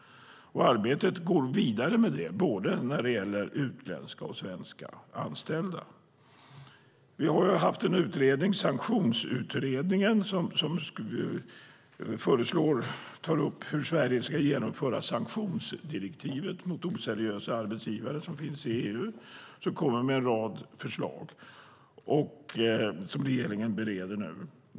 Arbetet med det går vidare, både när det gäller utländska och svenska anställda. Vi har haft en utredning, Sanktionsutredningen, som tar upp hur Sverige ska genomföra sanktionsdirektivet mot oseriösa arbetsgivare som finns i EU. Utredningen kommer med en rad förslag som regeringen nu bereder.